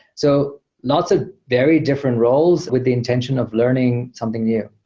so not ah very different roles with the intention of learning something new.